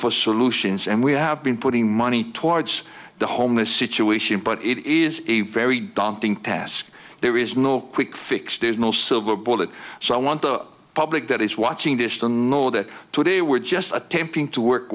for solutions and we have been putting money towards the homeless situation but it is a very daunting task there is no quick fix there's no silver bullet so i want the public that is watching this to know that today we're just attempting to work